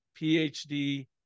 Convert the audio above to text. PhD